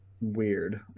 weird